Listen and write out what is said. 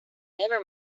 never